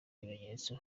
bimenyetso